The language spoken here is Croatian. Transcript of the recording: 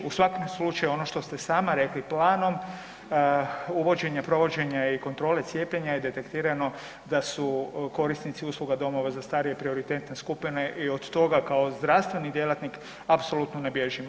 U svakom slučaju ono što ste sama rekli planom uvođenja, provođenja i kontrole cijepljenja je detektirano da su korisnici usluga domova za starije prioritetne usluge i od toga kao zdravstveni djelatnik apsolutno ne bježim.